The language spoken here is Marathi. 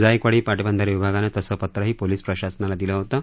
जायकवाडी पाटबंधारे विभागानं तसं पत्रही पोलिस प्रशासनाला दिलं होतं